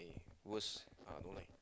worse uh no light